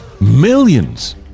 Millions